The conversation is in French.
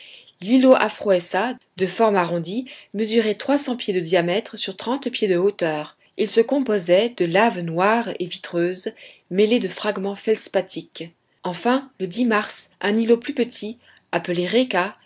l'îlot aphroessa de forme arrondie mesurait trois cents pieds de diamètre sur trente pieds de hauteur il se composait de laves noires et vitreuses mêlées de fragments feldspathiques enfin le mars un îlot plus petit appelé réka